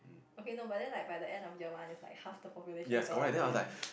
okay no but then like by the end of year one is like half the population gone